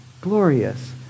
glorious